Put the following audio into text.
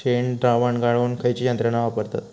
शेणद्रावण गाळूक खयची यंत्रणा वापरतत?